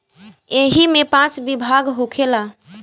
ऐइमे पाँच विभाग होखेला